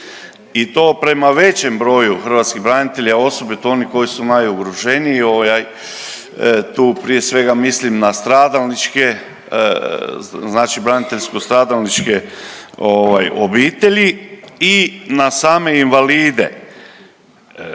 i to prema većem broju hrvatskih branitelja osobito onih koji su najugroženiji. Ja tu prije svega mislim na stradalničke znači braniteljsko-stradalničke obitelji i na same invalide.